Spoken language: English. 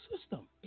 system